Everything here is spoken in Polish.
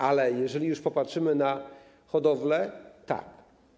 Ale jeżeli już popatrzymy na hodowlę, tak.